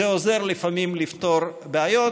זה עוזר לפעמים לפתור בעיות.